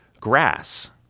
grass